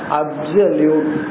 absolute